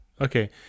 Okay